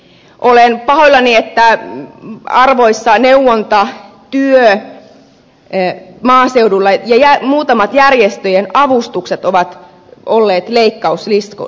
olen pahoillani että arvokas neuvontatyö maaseudulla ja muutamat järjestöjen avustukset ovat olleet leikkauslistalla